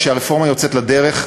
כשהרפורמה יוצאת לדרך,